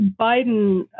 Biden